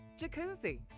jacuzzi